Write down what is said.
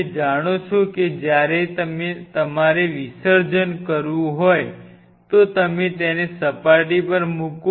તમે જાણો છો કે જ્યારે તમારે વિસર્જન કરવું હોય તો તેને સપાટી પર મૂકો